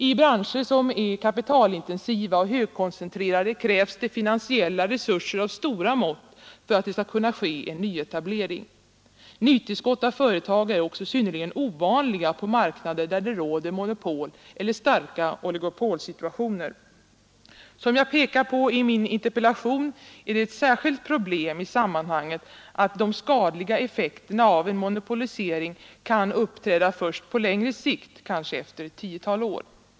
I branscher som är kapitalintensiva och högkoncentrerade krävs det finansiella resurser av stora mått för att det skall kunna ske en nyetablering. Nytillskott av företag är också synnerligen ovanligt på marknader där det råder monopoleller starka oligopolsituationer. Som jag pekat på i min interpellation är det ett särskilt problem i sammanhanget att de skadliga effekterna av en monopolisering kan uppträda först på längre sikt, kanske efter ett tiotal år.